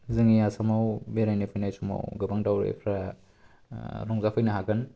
जोंनि आसामाव बेरायनो फैनाय समाव गोबां दावबायारिफोरा रंजाफैनो हागोन